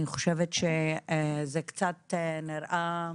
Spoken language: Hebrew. אני חושבת שזה קצת נראה,